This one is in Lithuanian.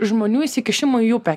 žmonių įsikišimo į upę